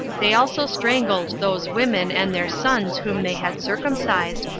they also strangled those women and their sons whom they had circumcised,